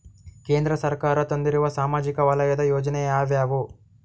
ಕೇಂದ್ರ ಸರ್ಕಾರ ತಂದಿರುವ ಸಾಮಾಜಿಕ ವಲಯದ ಯೋಜನೆ ಯಾವ್ಯಾವು?